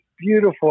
beautiful